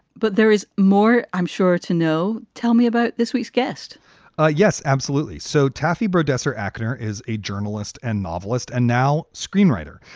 but there is more i'm sure to know. tell me about this week's guest ah yes, absolutely. so taffy burdette's, destler actor, is a journalist and novelist and now screenwriter.